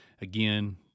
Again